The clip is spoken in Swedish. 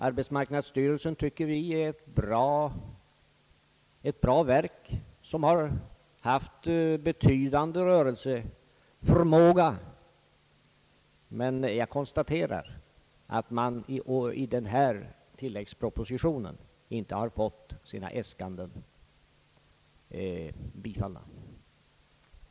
Arbetsmarknadsstyrelsen är ett bra verk som har haft betydande rörelsemöjlighet, men jag konstaterar att arbetsmarknadsstyrelsen i denna tillläggsproposition inte har fått sina äskanden bifallna.